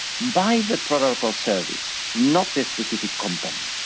buy the product or service not the specific company.